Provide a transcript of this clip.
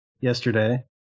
yesterday